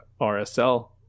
rsl